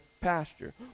pasture